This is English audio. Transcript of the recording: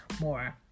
more